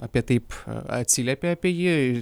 apie taip atsiliepė apie jį